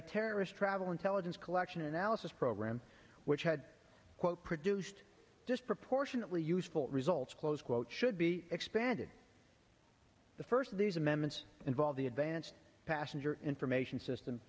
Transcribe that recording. a terrorist travel intelligence collection analysis program which had quote produced disproportionately useful results close quote should be expanded the first of these amendments involve the advanced passenger information system